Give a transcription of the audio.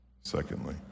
Secondly